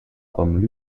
raum